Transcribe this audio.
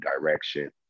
direction